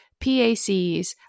pacs